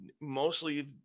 mostly